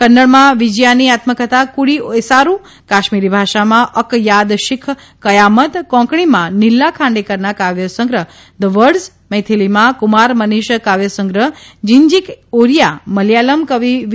કન્નડમાં વિજયાની આત્મકક્ષા ક્રડી એસારૂ કાશ્મીર ભાષામાં અક યાદ શીખ કયામત કોંકણીમાં નિલ્લા ખાંડેકરના કાવ્યસંગ્રહ ધ વર્ડઝ મૈથીલીમાં કુમાર મનીષ કાવ્યસંગ્રહ જીનજીક ઓરિયા મલયાલમ કવિ વી